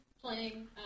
playing